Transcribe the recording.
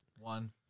One